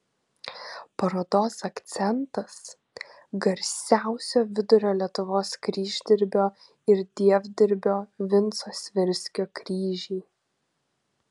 parodos akcentas garsiausio vidurio lietuvos kryždirbio ir dievdirbio vinco svirskio kryžiai